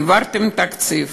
העברתם תקציב